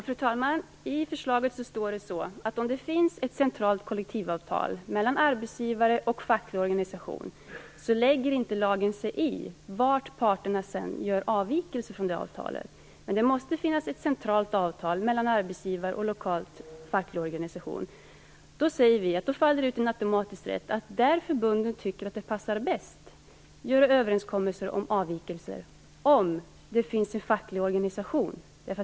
Fru talman! I förslaget står det att om det finns ett centralt kollektivavtal mellan arbetsgivare och facklig organisation lägger inte lagen sig i var parterna sedan gör avvikelser från det avtalet. Men det måste finnas ett centralt avtal mellan arbetsgivare och lokal facklig organisation. Vi säger då att det faller ut en automatisk rätt att, där förbunden tycker att det passar bäst, göra överenskommelser om avvikelser om det finns en facklig organisation.